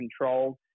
control